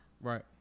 right